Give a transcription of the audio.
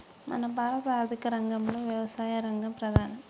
మన భారత ఆర్థిక రంగంలో యవసాయ రంగం ప్రధానం